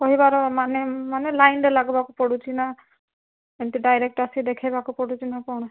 କହିବାର ମାନେ ମାନେ ଲାଇନ୍ରେ ଲାଗିବାକୁ ପଡ଼ୁଛି ନା ଏମତି ଡାଇରେକ୍ଟ ଆସି ଦେଖେଇବାକୁ ପଡ଼ୁଛି ନା କ'ଣ